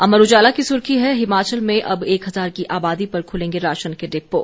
अमर उजाला की सुर्खी है हिमाचल में अब एक हजार की आबादी पर खुलेंगे राशन के डिपो